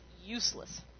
useless